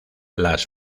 las